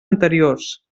anteriors